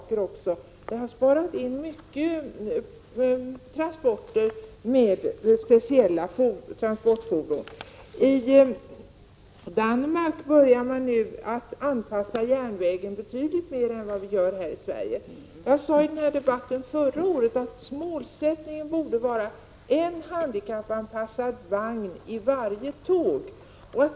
Detta har sparat in många transporter med specialfordon. I Danmark börjar man nu att anpassa järnvägen betydligt mer än vi gör här i Sverige. Jag sade i debatten förra året att målsättningen borde vara att man skall ha en handikappanpassad vagn i varje tåg.